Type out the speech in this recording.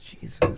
Jesus